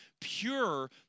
pure